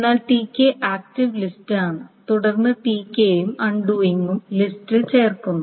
എന്നാൽ Tk active ലിസ്റ്റിലാണ് തുടർന്ന് Tk ഉം അൺഡൂയിംഗ് ലിസ്റ്റിൽ ചേർക്കുന്നു